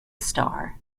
star